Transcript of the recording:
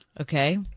Okay